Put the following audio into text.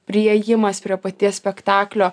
priėjimas prie paties spektaklio